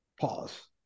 Pause